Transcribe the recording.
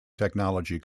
technology